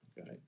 Okay